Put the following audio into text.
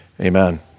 Amen